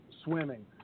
swimming